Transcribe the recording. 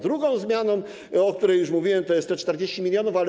Druga zmiana, o której już mówiłem, to jest te 40 mln zł.